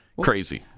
Crazy